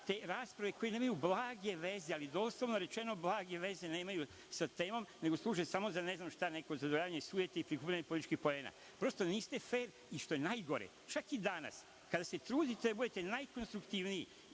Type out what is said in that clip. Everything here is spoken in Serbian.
te rasprave koje nemaju blage veze, ali doslovno rečeno blage veze nemaju sa temom, nego služe samo za, ne znam šta, neko zadovoljenje sujete i prikupljanje političkih poena. Prosto niste fer, i što je najgore, čak i danas, kada se trudite da budete najkonstruktivniji,